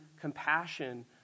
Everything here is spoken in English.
compassion